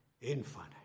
infinite